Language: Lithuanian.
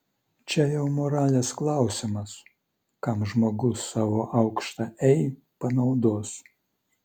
čia jau moralės klausimas kam žmogus savo aukštą ei panaudos